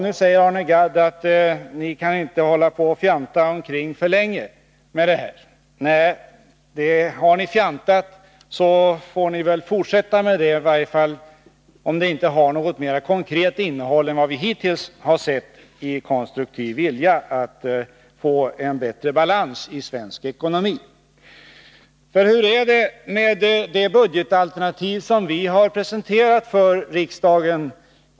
Nu säger Arne Gadd att ni inte kan hålla på och fjanta omkring för länge med det här. Nej, har ni fjantat, så får ni väl fortsätta med det, i varje fall om den utsträckta handen inte har något mer konkret innehåll än vad vi hittills sett av konstruktiv vilja att få en bättre balans i svensk ekonomi. Hur är det med det budgetalternativ som vi har presenterat för riksdagen?